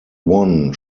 won